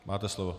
Máte slovo.